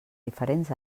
diferents